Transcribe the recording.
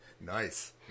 Nice